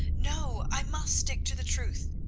no, i must stick to the truth.